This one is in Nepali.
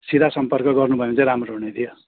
सिधा सम्पर्क गर्नु भयो भने चाहिँ राम्रो हुने थियो